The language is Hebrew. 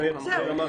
גור,